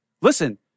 listen